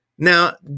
Now